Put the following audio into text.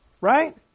right